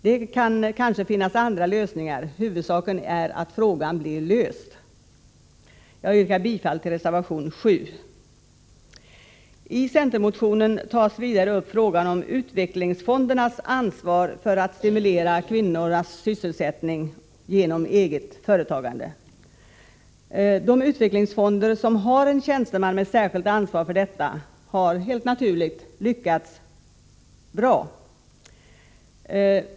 Det kan kanske finnas andra lösningar, huvudsaken är att frågan blir löst. Jag yrkar bifall till reservation 7. I centermotionen tas vidare upp frågan om utvecklingsfondernas ansvar för att stimulera kvinnornas sysselsättning genom eget företagande. De utvecklingsfonder som har en tjänsteman med särskilt ansvar för detta har, helt naturligt, lyckats bäst.